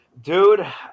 Dude